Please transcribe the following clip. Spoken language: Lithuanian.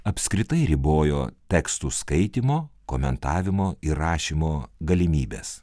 apskritai ribojo tekstų skaitymo komentavimo ir rašymo galimybes